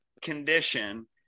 condition